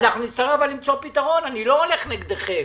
אנחנו נצטרך למצוא פתרון, אני לא הולך נגדכם.